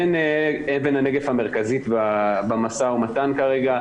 אלה אבני הנגף המרכזיות במשא ומתן כרגע.